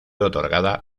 otorgada